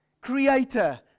creator